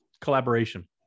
collaboration